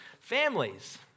Families